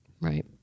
Right